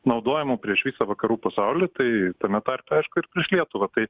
naudojamų prieš visą vakarų pasaulį tai tame tarpe aišku ir prieš lietuvą tai